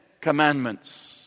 Commandments